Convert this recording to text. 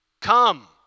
Come